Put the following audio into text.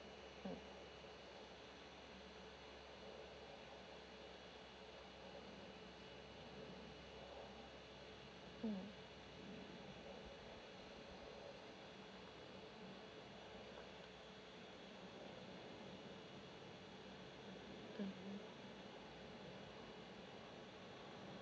mm mm mmhmm